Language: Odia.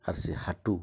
ଆର୍ ସେ ହାଟୁ